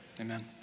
Amen